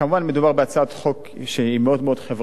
מדובר בהצעת חוק שהיא מאוד מאוד חברתית,